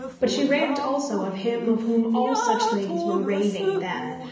but she raved also of him of whom all such ladies were raving then,